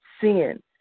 sin